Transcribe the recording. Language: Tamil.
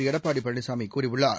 எடப்பாடி பழனிசாமி கூறியுள்ளார்